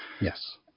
yes